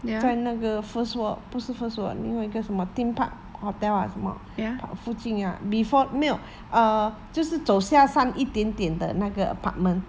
在那个 first world 不是 first world ah 另外一个叫什么 theme park hotel ah 什么 theme park 附近 ah before 没有 err 就是走下山一点点的那个 apartment